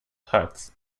huts